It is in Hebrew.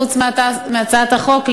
חוץ מהצעת החוק,